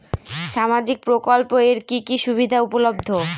সামাজিক প্রকল্প এর কি কি সুবিধা উপলব্ধ?